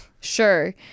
sure